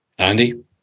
Andy